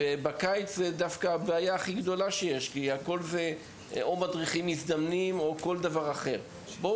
בכל רשות יש איש טכני כזה או אחר, אז בואו